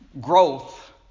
growth